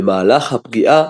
במהלך הפגיעה